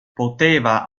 poteva